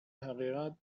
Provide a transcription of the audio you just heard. حقیقت